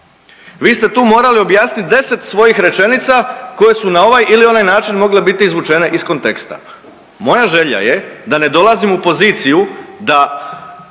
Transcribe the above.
Vi ste tu morali objasnit deset svojih rečenica koje su na ovaj ili na onaj način mogle biti izvučene iz konteksta. Moja želja je da ne dolazim u poziciju da